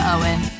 Owen